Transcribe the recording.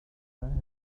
cancer